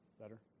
Better